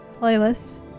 playlist